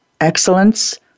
Excellence